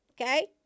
okay